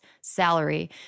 salary